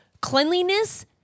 cleanliness